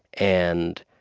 and